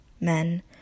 men